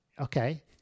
okay